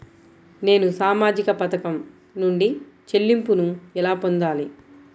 నేను సామాజిక పథకం నుండి చెల్లింపును ఎలా పొందాలి?